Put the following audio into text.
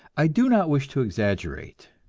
i do not wish to exaggerate.